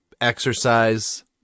exercise